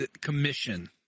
commission